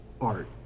art